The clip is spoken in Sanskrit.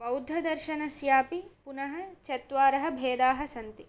बौद्धदर्शनस्यापि पुनः चत्वारः भेदाः सन्ति